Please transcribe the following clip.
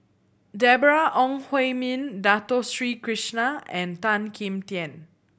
Deborah Ong Hui Min Dato Sri Krishna and Tan Kim Tian